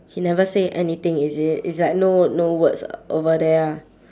he never say anything is it it's like no no words over there ah